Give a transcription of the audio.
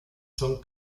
son